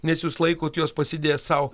nes jūs laikot juos pasidėjęs sau